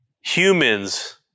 Humans